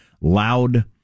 loud